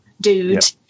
dude